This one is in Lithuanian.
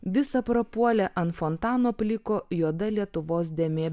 visa prapuolė ant fontano pliko juoda lietuvos dėmė